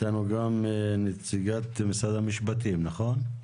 איתנו גם נציגת משרד המשפטים נכון?